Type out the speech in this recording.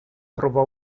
provò